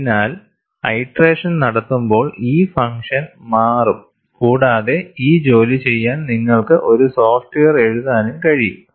അതിനാൽ ഐറ്ററേഷൻ നടത്തുമ്പോൾ ഈ ഫങ്ക്ഷൻ മാറും കൂടാതെ ഈ ജോലി ചെയ്യാൻ നിങ്ങൾക്കു ഒരു സോഫ്റ്റ്വെയർ എഴുതാനും കഴിയും